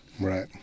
Right